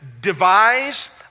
devise